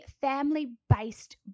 family-based